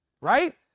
right